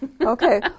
Okay